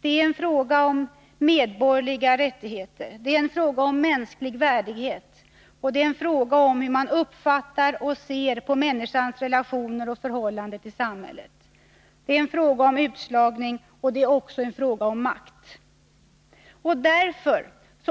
Den är en fråga om medborgerliga rättigheter. Den är en fråga om mänsklig värdighet. Den är en fråga om hur man uppfattar och ser på människans relationer och förhållande till samhället. Den är en fråga om utslagning och en fråga om makt. Därför